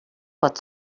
pot